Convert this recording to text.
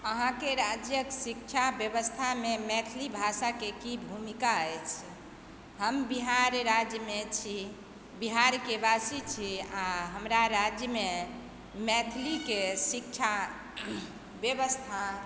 अहाँके राज्यक शिक्षा व्यवस्थामे मैथिली भाषाके की भूमिका अछि हम बिहार राज्यमे छी बिहारके वासी छी आओर हमरा राज्यमे मैथिलीके शिक्षा व्यवस्था